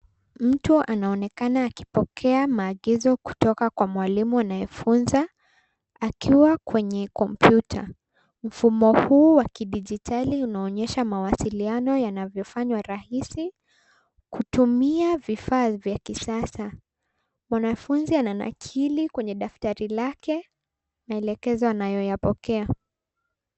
Mtu anaonekana akipokea maagizo kutoka kwa mwalimu anayefunza. Akiwa kwenye kompyuta. Mfumo huu wa kidijitali unaonyesha mawasiliano yanavyofanywa rahisi. Kutumia vifaa vya kisasa. Mwanafunzi ananakili kwenye daftari lake. Maelekezo anayoyapokea.